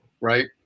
right